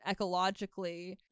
ecologically